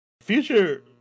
Future